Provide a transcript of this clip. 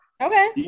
Okay